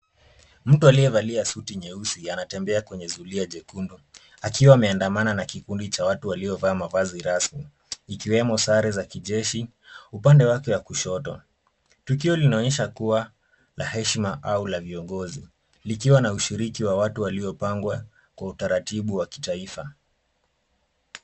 Mtu aliyevalia suti nyeusi anatembea kwenye zulia jekundu akiwa ameandamana na kikundi cha watu waliovaa mavazi rasmi ikiwemo sare za kijeshi upande wake wa kushoto. Tukio linaonyesha kuwa la heshima au la viongozi likiwa na ushiriki wa watu waliopangwa kwa utaratibu wa kitaifa.